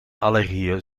allergieën